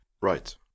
Right